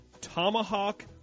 tomahawk